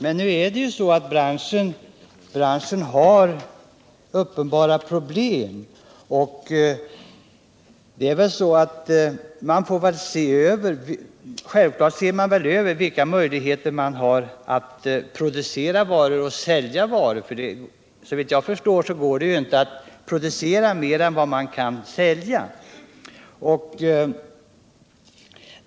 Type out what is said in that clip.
Men branschen har uppenbara problem, och då bör man självfallet först undersöka vilka möjligheter som finns att producera varor och sälja dem. Såvitt jag förstår går det inte att producera flera varor än man kan sälja.